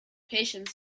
patient